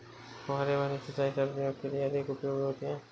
फुहारे वाली सिंचाई सब्जियों के लिए अधिक उपयोगी होती है?